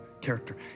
character